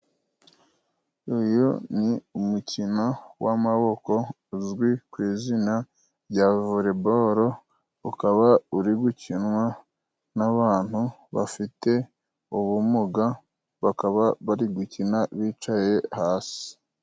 Uyu ni umukino w'amaboko uzwi ku izina rya volebolo, ukaba uri gukinwa n'abantu bafite ubumuga, bakaba bari gukina bicaye hasi.